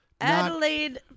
Adelaide